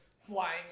flying